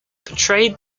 portrayed